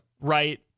right